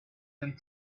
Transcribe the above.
and